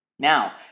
Now